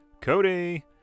Cody